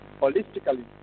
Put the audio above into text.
holistically